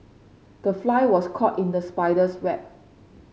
the fly was caught in the spider's web